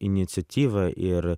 iniciatyva ir